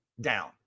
down